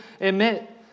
admit